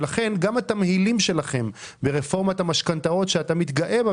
לכן גם התמהילים שלכם ברפורמת המשכנתאות שאתה מתגאה בה,